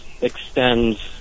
extends